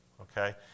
Okay